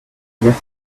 merci